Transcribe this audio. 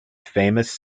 famous